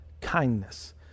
kindness